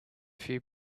few